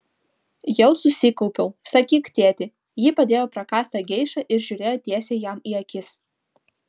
jau susikaupiau sakyk tėti ji padėjo prakąstą geišą ir žiūrėjo tiesiai jam į akis